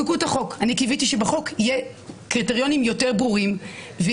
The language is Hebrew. לא נעניתי.